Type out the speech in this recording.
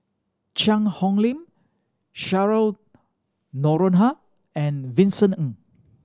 Cheang Hong Lim Cheryl Noronha and Vincent Ng